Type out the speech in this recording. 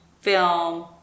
film